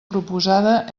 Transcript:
proposada